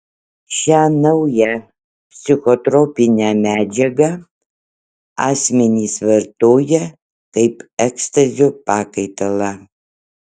šią naują psichotropinę medžiagą asmenys vartoja kaip ekstazio pakaitalą